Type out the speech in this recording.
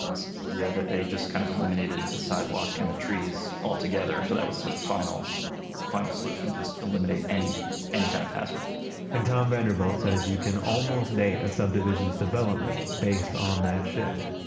ah suburbia, that they just kind of eliminated the sidewalk and the trees altogether. so, that was sort of the final final solution. just eliminate any any kind of hazard and tom vanderbilt says you can almost date a subdivision's development based on that shift